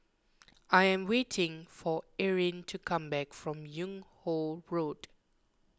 I am waiting for Erin to come back from Yung Ho Road